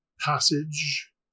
passage